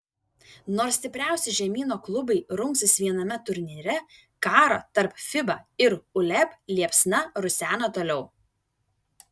nors stipriausi žemyno klubai rungsis viename turnyre karo tarp fiba ir uleb liepsna rusena toliau